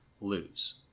lose